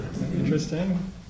Interesting